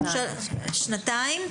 שנתיים.